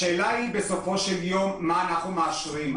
השאלה היא בסופו של יום מה אנחנו מאשרים.